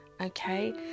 Okay